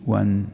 one